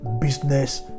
business